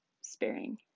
Sparing